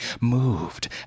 moved